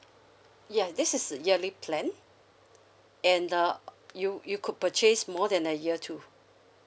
yes this is yearly plan and uh you you could purchase more than a year too